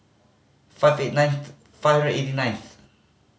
five eight nine five hundred eighty ninth